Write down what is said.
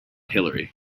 hillary